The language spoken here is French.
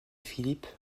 philippe